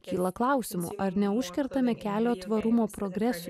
kyla klausimų ar neužkertame kelio tvarumo progresui